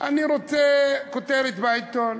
אני רוצה כותרת בעיתון.